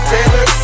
Taylor